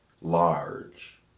large